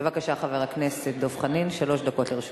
בבקשה, חבר הכנסת דב חנין, שלוש דקות לרשותך.